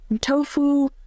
tofu